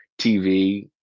TV